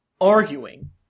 arguing